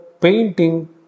painting